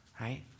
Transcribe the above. right